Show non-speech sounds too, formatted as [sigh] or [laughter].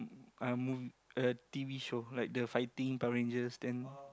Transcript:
mm uh mov~ a t_v show like the fighting Power-Rangers then [noise]